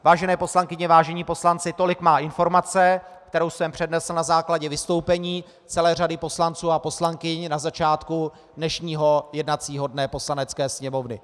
Vážené poslankyně, vážení poslanci, tolik má informace, kterou jsem přednesl na základě vystoupení celé řady poslanců a poslankyň na začátku dnešního jednacího dne Poslanecké sněmovny.